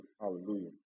Hallelujah